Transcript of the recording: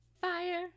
fire